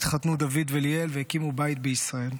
התחתנו דוד וליאל והקימו בית בישראל.